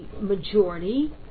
majority